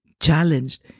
challenged